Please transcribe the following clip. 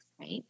right